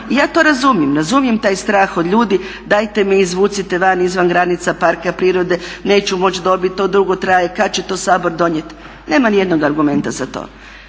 Ja to razumijem, razumijem taj strah kod ljudi dajte me izvucite van izvan granica parka prirode, neću moći dobiti, to dugo traje i kad će to Sabor donijeti. Nema nijednog argumenta za to.